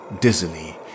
dizzily